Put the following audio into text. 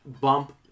bump